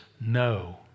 no